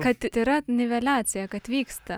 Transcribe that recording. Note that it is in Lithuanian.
kad t yra niveliacija kad vyksta